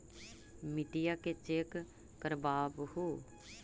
मिट्टीया के चेक करबाबहू?